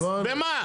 במה?